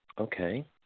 Okay